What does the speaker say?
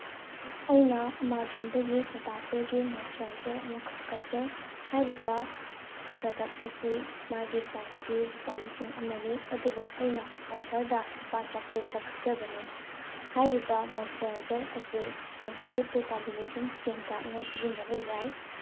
ꯑꯩꯅ ꯑꯃꯥꯖꯣꯟꯗꯒꯤ ꯁꯦꯇꯥꯐꯤꯜꯒꯤ ꯃꯣꯏꯆꯨꯔꯥꯏꯖꯔ ꯑꯃꯈꯛ ꯀꯛꯆꯩ ꯍꯥꯏꯔꯤꯕ ꯄ꯭ꯔꯗꯛ ꯑꯁꯤ ꯃꯥꯒꯤ ꯄ꯭ꯔꯥꯏꯁꯇꯤ ꯂꯨꯄꯥ ꯂꯤꯁꯤꯡ ꯑꯃꯅꯤ ꯑꯗꯨꯕꯨ ꯑꯩꯅ ꯑꯣꯐꯔꯗ ꯂꯨꯄꯥ ꯆꯥꯇ꯭ꯔꯦꯠꯇ ꯀꯛꯆꯕꯅꯤ ꯍꯥꯏꯔꯤꯕ ꯃꯣꯏꯆꯨꯔꯥꯏꯖꯔ ꯑꯁꯤ ꯁꯦꯟꯁꯤꯇꯤꯞ ꯇꯨ ꯀꯣꯝꯕꯤꯅꯦꯁꯟ ꯏꯁꯀꯤꯟ ꯇꯥꯏꯞꯅ ꯁꯤꯖꯤꯟꯅꯕ ꯌꯥꯏ